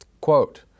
Quote